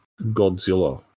Godzilla